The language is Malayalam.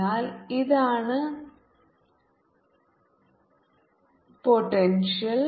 അതിനാൽ ഇതാണ് പോട്ടെൻഷ്യൽ